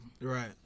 Right